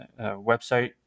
website